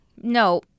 No